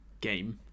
game